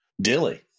Dilly